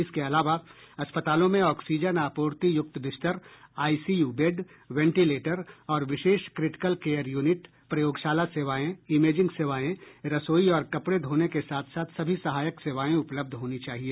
इसके अलावा अस्पतालों में ऑक्सीजन आपूर्ति युक्त बिस्तर आईसीयू बेड वेंटिलेटर और विशेष क्रिटिकल केयर यूनिट प्रयोगशाला सेवाएं इमेजिंग सेवाएं रसोई और कपड़े धोने के साथ साथ सभी सहायक सेवाएं उपलब्ध होनी चाहिए